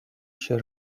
się